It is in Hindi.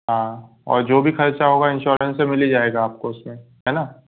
हाँ और जो भी ख़र्च होगा इनसोरेन्स से मिल ही जाएगा आपको उसमें है ना